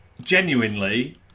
genuinely